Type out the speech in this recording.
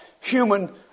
human